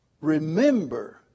Remember